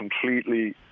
completely